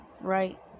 Right